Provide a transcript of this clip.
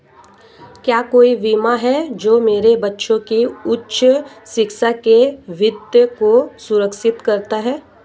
क्या कोई बीमा है जो मेरे बच्चों की उच्च शिक्षा के वित्त को सुरक्षित करता है?